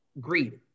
Greed